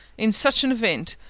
in such an event!